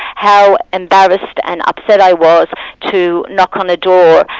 how embarrassed and upset i was to knock on a door,